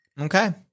Okay